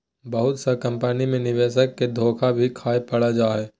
बहुत सा कम्पनी मे निवेशक के धोखा भी खाय पड़ जा हय